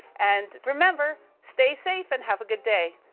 and remember, stay safe and have a good day.